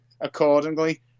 accordingly